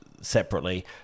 separately